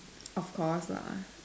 of course lah